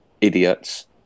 idiots